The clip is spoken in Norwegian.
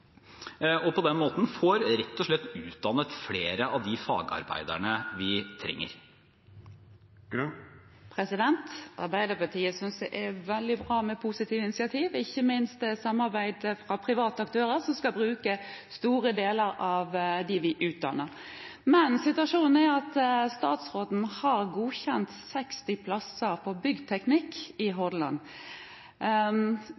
På den måten får vi rett og slett utdannet flere av de fagarbeiderne vi trenger. Arbeiderpartiet synes det er veldig bra med positive initiativ, ikke minst i form av samarbeid med private aktører som skal bruke mange av dem vi utdanner. Men situasjonen er den at statsråden har godkjent 60 plasser på byggteknikk i